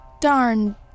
darn